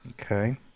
Okay